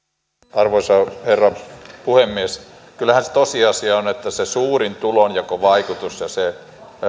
arvoisa herra puhemies kyllähän se tosiasia on on että se suurin tulonjakovaikutus ja se